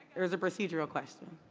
there's a procedural question.